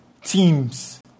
teams